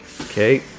Okay